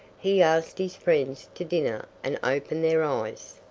he asked his friends to dinner and opened their eyes.